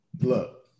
look